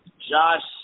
Josh